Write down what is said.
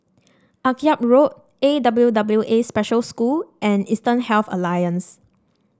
Akyab Road A W W A Special School and Eastern Health Alliance